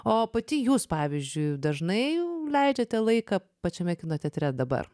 o pati jūs pavyzdžiui dažnai leidžiate laiką pačiame kino teatre dabar